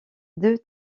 deux